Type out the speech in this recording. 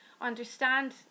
understand